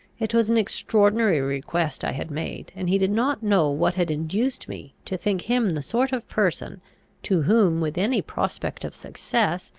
it was an extraordinary request i had made, and he did not know what had induced me to think him the sort of person to whom, with any prospect of success,